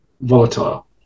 volatile